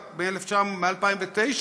רק מ-2009,